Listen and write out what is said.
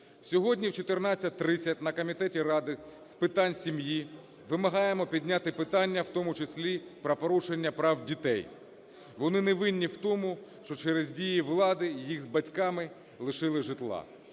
Сьогодні о 14:30 на комітеті Ради з питань сім'ї вимагаємо підняти питання в тому числі про порушення прав дітей. Вони не винні в тому, що через дії влади їх з батьками лишили житла.